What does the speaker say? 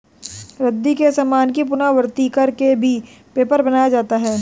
रद्दी के सामान की पुनरावृति कर के भी पेपर बनाया जाता है